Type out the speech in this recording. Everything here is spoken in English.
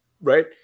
right